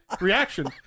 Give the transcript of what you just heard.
reaction